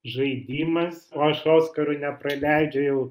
žaidimas aš oskarų nepraleidžiu jau